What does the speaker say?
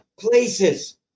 places